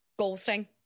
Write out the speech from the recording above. Ghosting